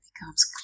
becomes